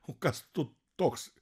o kas tu toks